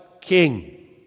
king